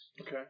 Okay